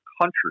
country